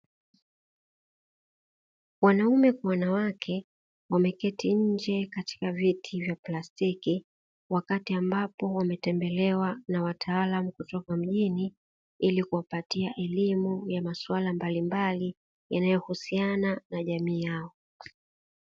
Wanaume kwa wanawake; wameketi nje katika viti vya plastiki, wakati ambapo wametembelewa na wataalamu kutoka mjini, ili kuwapatia elimu ya masuala mbalimbali yanayohusiana na jamii yao.